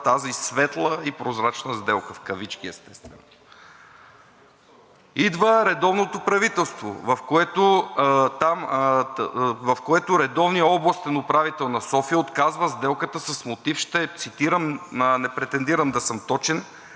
тази светла и прозрачна сделка в кавички. Идва редовното правителство, в което редовният областен управител на София отказва сделката с мотив, ще цитирам – не претендирам да съм точен: